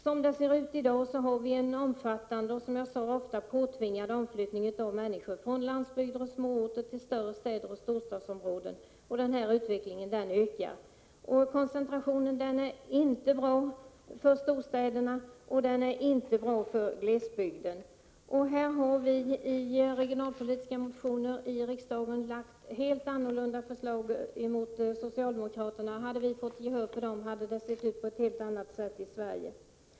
Som det ser ut i dag har vi en omfattande och, som jag sade, ofta påtvingad omflyttning av människor från landsbygd och små orter till större städer och storstadsområden, och den här utvecklingen tilltar. Koncentrationen är inte bra för storstäderna och inte bra för glesbygden. I regionalpolitiska motioner i riksdagen har vi lagt fram helt annorlunda förslag än socialdemokraterna. Hade vi fått gehör för dem, hade det sett ut på ett helt annat sätt i Sverige.